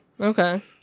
okay